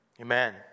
amen